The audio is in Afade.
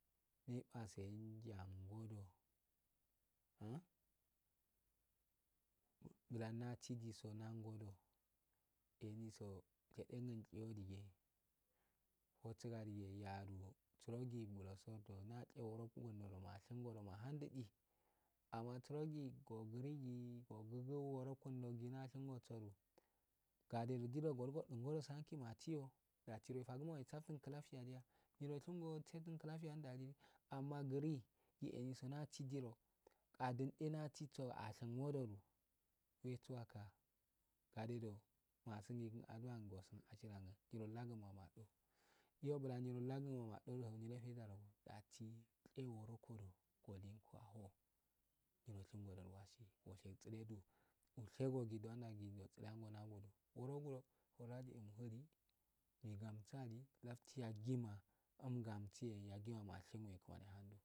Nyeii basende yango du buklanatiso nangoro eniso she dengubbiyo aige fusuga dige giya dugo surogi do buloso bbulanlakyee wuro kundulrushi ngodo nahandidii ama surogi ogirigu ugugigu wurikindodin da shingo sudu gadedo girodo gwadungo ro soki masi yoo ossi wure fugo wesantu wafiya aiya nyirols wimgo saftun wafiya ndalidi amma girii ge enri so ndaii. giro ga adende asisodu achingodu we suwaka gade asisodu achingodu wasuwaka gadedo asingee kunso algua asin ashirangun nyirolagun ma madwo yo nyiro bulan nyirolagun mamadwo yo nyiro bulan nyirolagun ma madwo nyile feidarogun dasii loyeen wurokodu go linkoaho nyi wl shingodi wasi gwashegu tsledu mushegogee dungotslengo negamsuli laftu yageema ungamsuye yagmma ashingo.